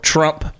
Trump